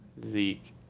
zeke